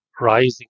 rising